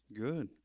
Good